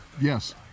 Yes